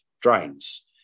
drains